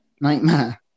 Nightmare